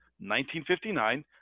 1959